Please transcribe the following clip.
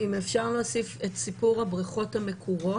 רגע, אם אפשר להוסיף את סיפור הבריכות המקורות.